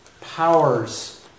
powers